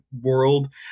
world